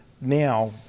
now